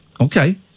Okay